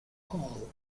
paul